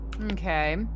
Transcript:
Okay